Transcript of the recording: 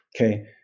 Okay